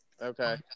Okay